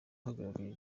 uhagarariye